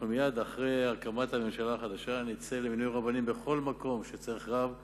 מייד אחרי הקמת הממשלה החדשה נצא למינוי רבנים בכל מקום שצריך בו רב,